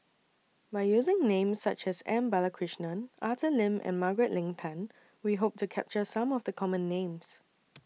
By using Names such as M Balakrishnan Arthur Lim and Margaret Leng Tan We Hope to capture Some of The Common Names